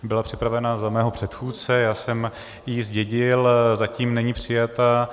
Byla připravena za mého předchůdce, já jsem ji zdědil a zatím není přijata.